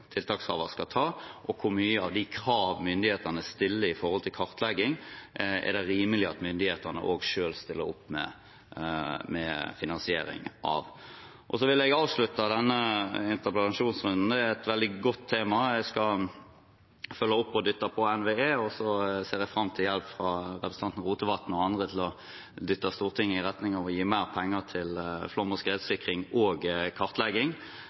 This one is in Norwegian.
skal ta? Og hvor mange av de kravene myndighetene stiller til kartlegging, er det rimelig at myndighetene selv stiller opp med finansiering av? Jeg vil avslutte denne interpellasjonsrunden med at det er et veldig godt tema, jeg skal følge opp og dytte på NVE. Så ser jeg fram til hjelp fra representanten Rotevatn og andre til å dytte Stortinget i retning av å gi mer penger til flom- og skredsikring og kartlegging.